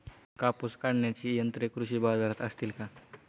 कापूस काढण्याची यंत्रे कृषी बाजारात असतील का?